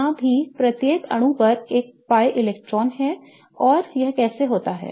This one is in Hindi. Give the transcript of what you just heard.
यहां भी प्रत्येक परमाणु पर एक pi इलेक्ट्रॉन है और यह कैसे होता है